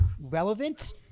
relevant